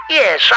yes